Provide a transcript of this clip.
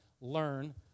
learn